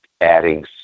adding